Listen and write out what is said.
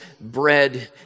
bread